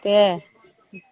दे